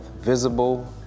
visible